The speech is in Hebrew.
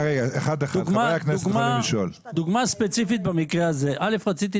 אבל אם אפשר